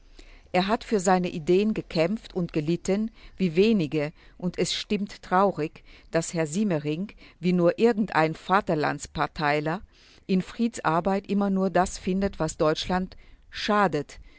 er hat für seine ideen gekämpft und gelitten wie wenige und es stimmt traurig daß herr siemering wie nur irgendein vaterlandsparteiler in frieds arbeit immer nur das findet was deutschland schadet